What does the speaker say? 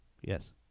Yes